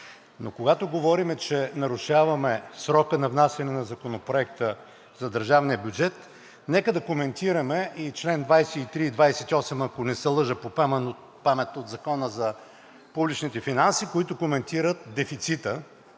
Но когато говорим, че нарушаваме срока за внасяне на Законопроекта за държавния бюджет, нека да коментираме и чл. 23 и 28, ако не се лъжа, по памет, от Закона за публичните финанси, които коментират дефицита